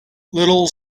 little